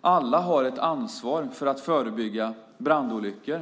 Alla har ett ansvar för att förebygga brandolyckor.